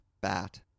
bat